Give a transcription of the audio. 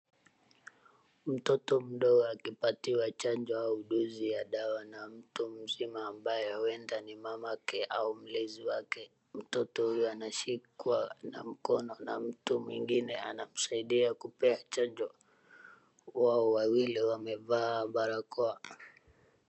Mtoto mdogo akipatiwa chanjo au dozi ya dawa na mtu mzima ambaye ueda ni mamake au mlezi wake. Mtoto huyo anashikwa na mkono na mtu mwingine anamsaidia kupea chanjo. Wao wawili wamevaa barakoa.